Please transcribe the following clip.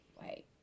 wait